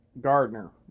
Gardner